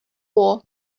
war